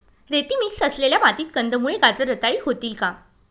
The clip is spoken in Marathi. रेती मिक्स असलेल्या मातीत कंदमुळे, गाजर रताळी होतील का?